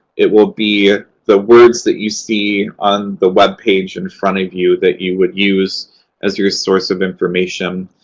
it will be the words that you see on the web page in front of you that you would use as your source of information.